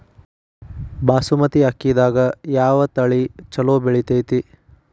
ಬಾಸುಮತಿ ಅಕ್ಕಿದಾಗ ಯಾವ ತಳಿ ಛಲೋ ಬೆಳಿತೈತಿ?